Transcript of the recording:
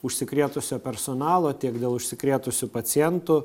užsikrėtusio personalo tiek dėl užsikrėtusių pacientų